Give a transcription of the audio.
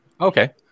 okay